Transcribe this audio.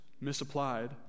misapplied